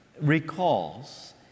recalls